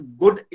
good